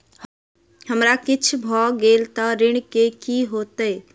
हमरा किछ भऽ गेल तऽ ऋण केँ की होइत?